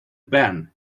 been